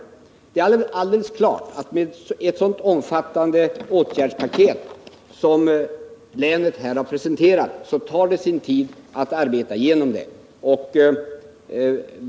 Det är alldeles klart att det tar sin tid att arbeta igenom ett så omfattande åtgärdspaket som det som länet här har presenterat.